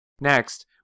Next